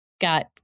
got